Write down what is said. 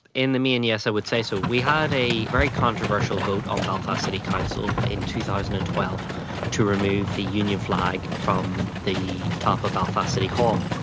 in the main, yes, i would say so. we had a very controversial vote on belfast city council in two thousand and twelve to remove the union flag from the top of the belfast city hall,